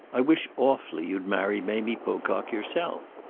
i wish awfully you'd marry mamie pocock yourself.